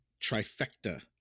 trifecta